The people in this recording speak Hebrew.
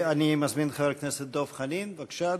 אני מזמין את חבר הכנסת דב חנין, בבקשה,